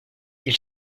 ils